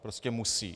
Prostě musí.